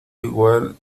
igual